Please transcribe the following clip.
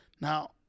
Now